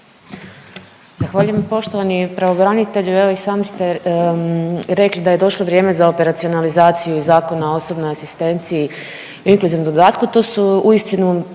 zahvaljujem. Poštovani pravobranitelju, evo i sami ste rekli da je došlo vrijeme za operacionalizaciju Zakona o osobnoj asistenciji i inkluzivnom dodatku, to su uistinu